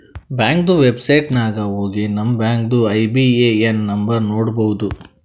ಬ್ಯಾಂಕ್ದು ವೆಬ್ಸೈಟ್ ನಾಗ್ ಹೋಗಿ ನಮ್ ಬ್ಯಾಂಕ್ದು ಐ.ಬಿ.ಎ.ಎನ್ ನಂಬರ್ ನೋಡ್ಬೋದ್